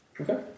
Okay